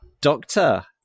doctor